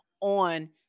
on